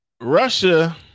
Russia